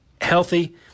healthy